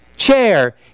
chair